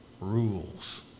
rules